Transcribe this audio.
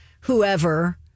whoever